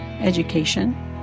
education